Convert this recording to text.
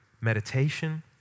meditation